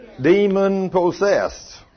Demon-possessed